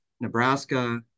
Nebraska